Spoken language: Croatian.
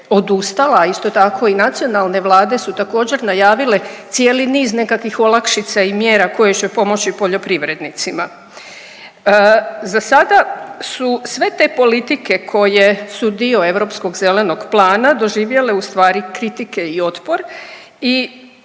odustala, a isto tako i nacionalne vlade su također najavile cijeli niz nekakvih olakšica i mjera koje će pomoći poljoprivrednicima. Za sada su sve te politike koje su dio Europskog zelenog plana doživjele ustvari kritike i otpor i